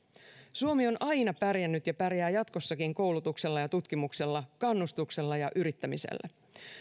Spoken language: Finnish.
suomi on aina pärjännyt ja pärjää jatkossakin koulutuksella ja tutkimuksella kannustuksella ja yrittämisellä